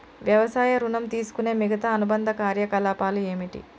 వ్యవసాయ ఋణం తీసుకునే మిగితా అనుబంధ కార్యకలాపాలు ఏమిటి?